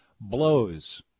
blows